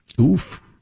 Oof